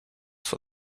for